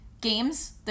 games